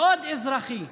מאוד אזרחי,